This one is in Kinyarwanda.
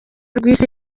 rw’isi